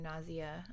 nausea